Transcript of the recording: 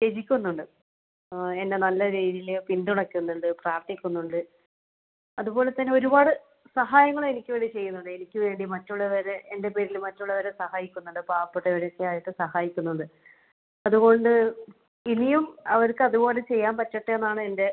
ത്യജിക്കുന്നുണ്ട് ആ എന്നെ നല്ല രീതിയിൽ പിന്തുണക്കുന്നുണ്ട് പ്രാർത്ഥിക്കുന്നുണ്ട് അതുപോലെതന്നെ ഒരുപാട് സഹായങ്ങളും എനിക്ക് വേണ്ടി ചെയ്യുന്നുണ്ട് എനിക്ക് വേണ്ടി മറ്റുള്ളവരെ എൻ്റെ പേരിൽ മറ്റുള്ളവരെ സഹായിക്കുന്നുണ്ട് പാവപ്പെട്ടവരെ ഒക്കെ ആയിട്ട് സഹായിക്കുന്നത് അതുകൊണ്ട് ഇനിയും അവർക്ക് അതുപോലെ ചെയ്യാൻ പറ്റട്ടേയെന്നാണ് എൻ്റെ